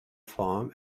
farm